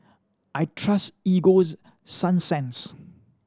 I trust Egoes sunsense